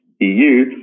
EU